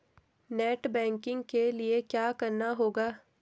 Net banking के लिए क्या करना होगा?